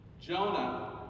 Jonah